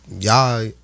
y'all